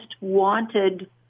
wanted